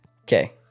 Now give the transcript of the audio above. Okay